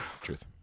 truth